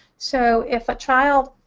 so if a child